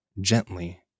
gently